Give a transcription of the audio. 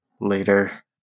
later